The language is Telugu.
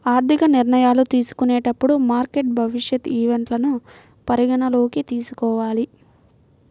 ఆర్థిక నిర్ణయాలు తీసుకునేటప్పుడు మార్కెట్ భవిష్యత్ ఈవెంట్లను పరిగణనలోకి తీసుకోవాలి